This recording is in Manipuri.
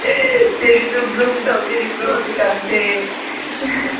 ꯆꯦꯔꯤꯗꯨ ꯕ꯭ꯂꯨꯝ ꯇꯧꯕꯤꯔꯤꯕ꯭ꯔꯣ ꯍꯧꯖꯤꯛ ꯀꯥꯟꯁꯦ